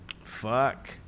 Fuck